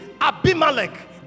abimelech